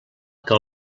que